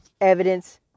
evidence